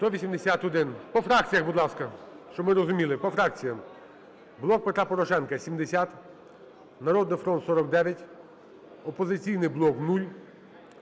За-181 По фракціях, будь ласка, щоб ми розуміли. По фракціям. "Блок Петра Порошенка" – 70, "Народний фронт" – 49, "Опозиційний блок" – 0,